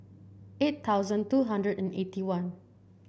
eight thousand two hundred and eighty one